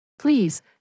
Please